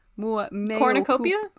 cornucopia